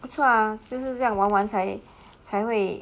不错 ah 就是这样玩玩才才会